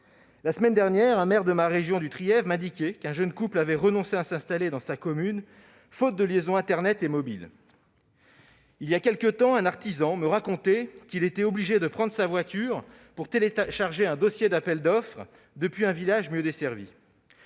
La semaine dernière, un maire de ma région, le Trièves, m'indiquait qu'un jeune couple avait renoncé à s'installer dans sa commune, faute de liaisons internet et mobile. Voilà quelque temps, un artisan me racontait qu'il était obligé de prendre sa voiture pour télécharger un dossier d'appel d'offres depuis un village mieux desservi.